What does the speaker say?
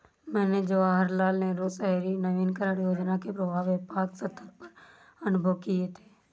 मैंने जवाहरलाल नेहरू शहरी नवीनकरण योजना के प्रभाव व्यापक सत्तर पर अनुभव किये थे